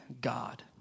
God